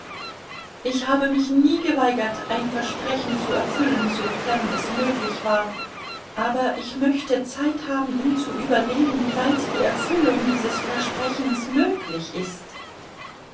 ich habe mich nie geweigert ein versprechen zu erfüllen sofern es möglich war aber ich möchte zeit haben um zu überlegen wieweit die erfüllung dieses versprechens möglich ist